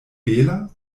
bela